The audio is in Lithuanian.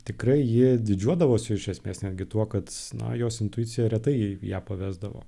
tikrai ji didžiuodavosi iš esmės netgi tuo kad nuo jos intuicija retai ją pavesdavo